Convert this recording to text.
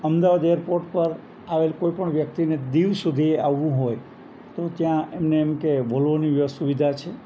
Ahmedabad airport પર આવેલા કોઈ પણ વ્યક્તિને દીવ સુધી આવવું હોય તો ત્યાં એમને એમ કે વોલ્વોની સુવિધા છે